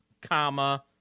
comma